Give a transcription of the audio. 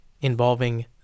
involving